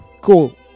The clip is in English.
cool